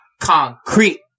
Concrete